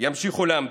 ימשיכו להמתין.